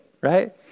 right